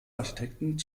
architekten